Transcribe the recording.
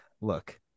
look